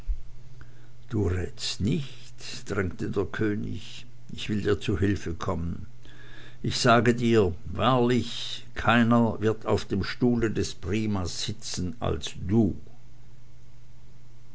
du errätst nicht drängte der könig ich will dir zu hilfe kommen ich sage dir wahrlich keiner wird auf dem stuhle des primas sitzen als du